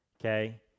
okay